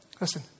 Listen